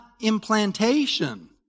implantation